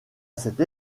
cette